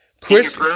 Chris